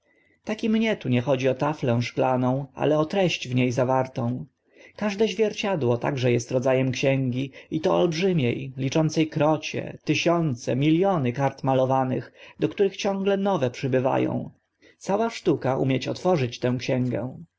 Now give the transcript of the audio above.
i mnie tu nie chodzi o taflę szklaną ale o treść w nie zawartą każde zwierciadło także est rodza em księgi i to olbrzymie liczące krocie tysiące miliony kart malowanych do których ciągle nowe przybywa ą cała sztuka umieć otworzyć tę księgę